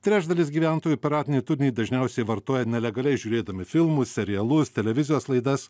trečdalis gyventojų piratinį turinį dažniausiai vartoja nelegaliai žiūrėdami filmus serialus televizijos laidas